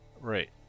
Right